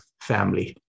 family